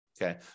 Okay